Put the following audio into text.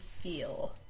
feel